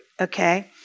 Okay